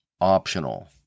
optional